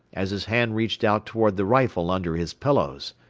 as his hand reached out toward the rifle under his pillows.